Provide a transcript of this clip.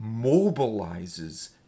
mobilizes